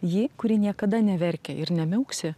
ji kuri niekada neverkia ir nemiauksi